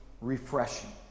refreshing